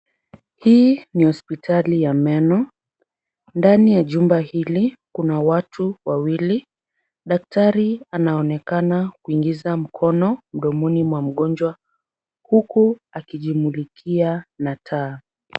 Hii ni hospitali ya meno. Ndani ya jumba hili, kuna watu wawili. Daktari anaonekana kuingiza mkono mdomoni mwa mgonjwa huku akijimulikia na taa.